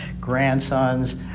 grandsons